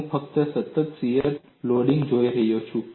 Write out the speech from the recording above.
હું ફક્ત સતત શીયર લોડિંગ જોઈ રહ્યો છું